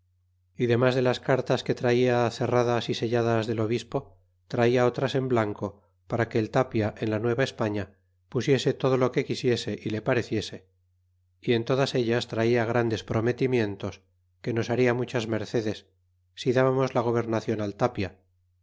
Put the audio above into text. y demas de las cartas que traia cerradas y selladas del obispo traia otras en blanco para que el tapia en la nueva españa pusiese todo lo que quisiese y le pareciese y en todas ellas traia grandes prome ti mien tos que nos baria muchas mercedes si dábamos la gobernacion al tapia